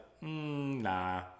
nah